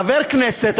חבר כנסת,